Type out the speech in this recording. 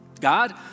God